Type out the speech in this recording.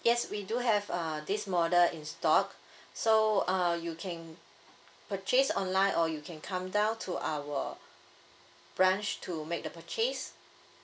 yes we do have uh this model in stock so uh you can purchase online or you can come down to our branch to make the purchase